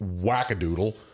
wackadoodle